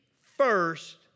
first